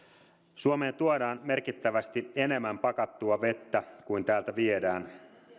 suomeen tuodaan merkittävästi enemmän pakattua vettä kuin täältä viedään